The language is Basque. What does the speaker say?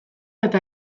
eta